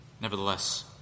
Nevertheless